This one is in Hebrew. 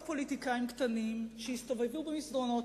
עוד פוליטיקאים קטנים שיסתובבו במסדרונות